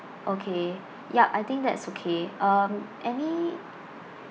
okay yup I think that's okay um any